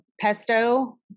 pesto